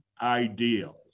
ideals